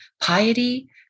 piety